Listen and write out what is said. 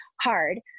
hard